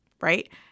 Right